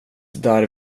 där